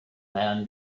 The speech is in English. man